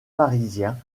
parisien